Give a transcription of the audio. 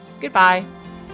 goodbye